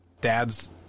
dad's